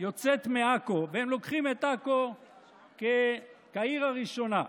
יוצאת מעכו, והם לוקחים את עכו כעיר הראשונה,